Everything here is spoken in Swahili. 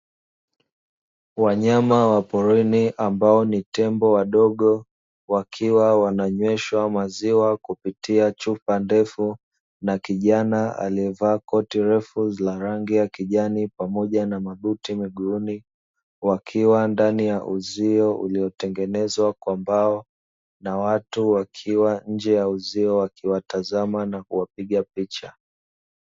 Wanyama wa porini ambao ni tembo wadogo, wakiwa wananyweshwa maziwa kupitia chupa refu, na kijana alievaa koti ndefu la rangi ya kijani pamoja na mabuti miguuni, wakiwa ndani ya uzio uliotengenezwa kwa mbao, na watu wakiwa nje ya uzio wakiwatazama na kuwapiga picha.